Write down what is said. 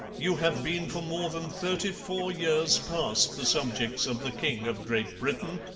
you have been for more than thirty-four years past the subjects of the king of great britain.